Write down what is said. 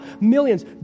Millions